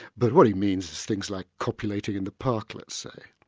but what he means is things like copulating in the park, let's say.